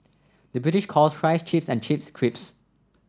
the British calls fries chips and chips crisps